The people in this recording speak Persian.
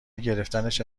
گرفتنش